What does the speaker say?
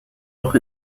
auch